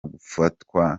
gufatwa